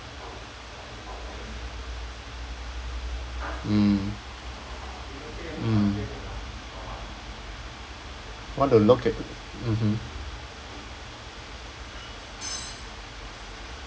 mm mm what to look at mmhmm